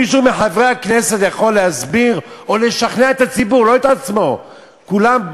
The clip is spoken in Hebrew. מישהו מחברי הכנסת יכול להסביר או לשכנע את הציבור,